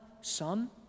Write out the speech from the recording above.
Son